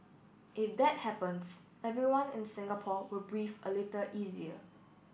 if that happens everyone in Singapore will breathe a little easier